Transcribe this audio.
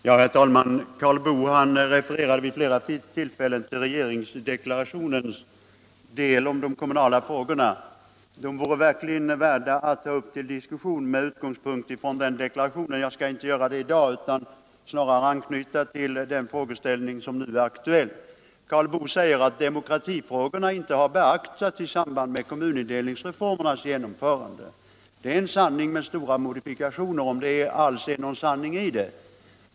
Herr talman! Karl Boo refererade vid flera tillfällen till regeringsdeklarationens uttalanden om de kommunala frågorna. Dessa uttalanden vore verkligen värda att ta upp till diskussion, men jag skall inte göra det i dag utan vill snarare anknyta till den frågeställning som nu är aktuell. Karl Boo säger att demokratifrågorna inte har beaktats i samband med kommunindelningsreformernas genomförande. Det är en sanning med stora modifikationer, om det alls är någon sanning i påståendet.